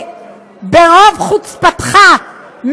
ברוב חוצפתך,